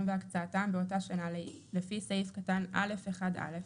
והקצאתם באותה שנה לפי סעיף קטן א' 1א'